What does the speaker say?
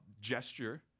gesture